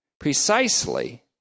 Precisely